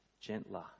gentler